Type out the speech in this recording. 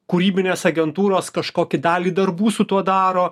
kūrybinės agentūros kažkokį dalį darbų su tuo daro